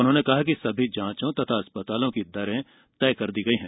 उन्होंने कहा कि सभी जाँचों तथा अस्पतालों की दरें तय कर दी गई हैं